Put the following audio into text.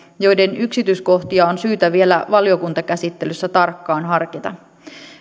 joiden yksityiskohtia on syytä vielä valiokuntakäsittelyssä tarkkaan harkita